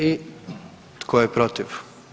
I tko je protiv?